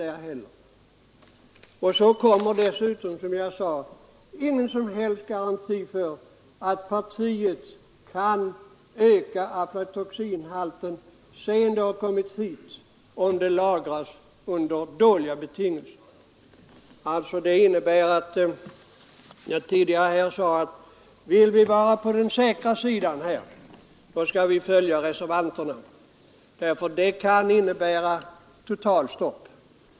Dessutom tillkommer, som jag sade, att det inte finns någon som helst garanti för att aflatoxinhalten i ett parti inte ökar sedan det kommit hit om det lagras under dåliga betingelser. Vill vi vara på den säkra sidan skall vi, som jag tidigare sagt, följa utskottets förslag. Det kan innebära ett totalstopp.